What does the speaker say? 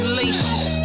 laces